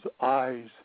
eyes